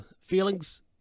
feelings